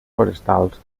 forestals